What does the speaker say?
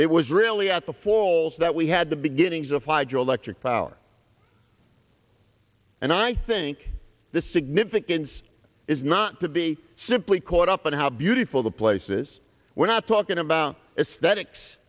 it was really at the falls that we had the beginnings of hydroelectric power and i think the significance is not to be simply caught up in how beautiful the places we're not talking about